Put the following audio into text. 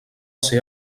ser